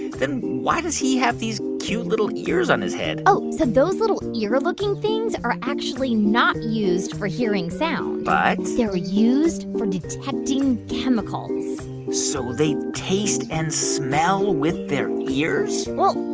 then why does he have these cute little ears on his head? oh, so those little ear-looking things are actually not used for hearing sound but. they're used for detecting chemicals so they taste and smell with their ears well,